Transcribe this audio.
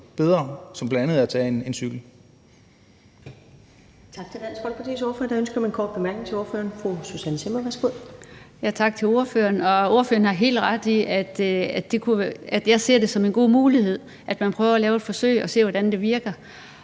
bedre som bl.a. at tage cyklen.